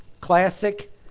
classic